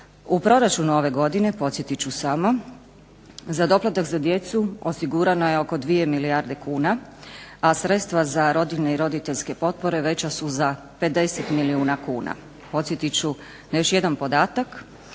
U proračunu ove godine podsjetit ću samo za doplatak za djecu osigurano je oko 2 milijarde kuna, a sredstva za rodiljne i roditeljske potpore veća su za 50 milijuna kuna. Podsjetit ću na još jedan podatak